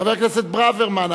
חבר הכנסת ברוורמן.